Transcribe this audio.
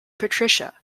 patricia